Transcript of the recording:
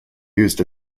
used